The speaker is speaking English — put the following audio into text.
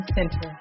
Center